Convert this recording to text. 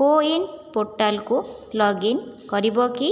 କୋ win ପୋର୍ଟାଲକୁ log in କରିବ କି